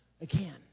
again